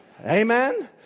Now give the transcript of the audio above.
Amen